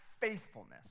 faithfulness